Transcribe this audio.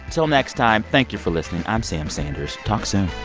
till next time. thank you for listening. i'm sam sanders. talk soon